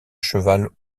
cheval